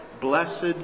blessed